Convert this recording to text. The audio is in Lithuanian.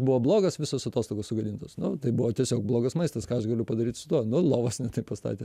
buvo blogas visos atostogos sugadintos nu tai buvo tiesiog blogas maistas ką galiu padaryt su tuo nuo lovas ne taip pastatė